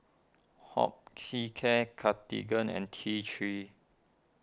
Hospicare Cartigain and T three